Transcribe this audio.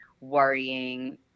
worrying